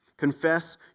Confess